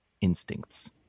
instincts